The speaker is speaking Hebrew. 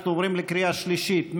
אנחנו עוברים לקריאה שלישית.